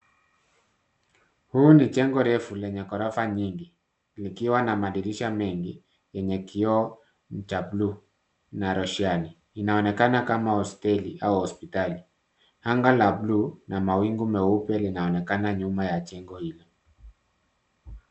Huu ni jengo refu lenye ghorofa nyingi likiwa na madirisha mengi yenye kioo cha buluu na roshani. Inaonekana kama hosteli au hospitali. Anga la buluu na mawingu meupe linaonekana nyuma ya jengo hili.